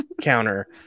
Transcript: counter